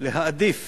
להעדיף